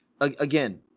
again